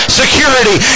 security